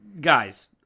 Guys